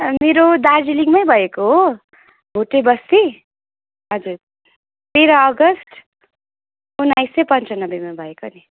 मेरो दार्जिलिङमै भएको हो भोटे बस्ती हजुर तेह्र अगस्ट उन्नाइस सय पन्चानब्बेमा भएको नि